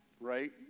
right